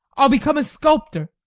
i'll become a sculptor.